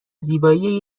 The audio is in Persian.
زیبایی